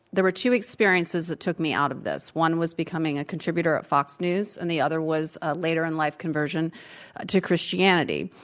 there were two experiences that took me out of this. one was becoming a contributor at fox news. and the other was a later in life conversion to christianity.